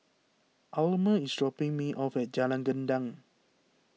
Almer is dropping me off at Jalan Gendang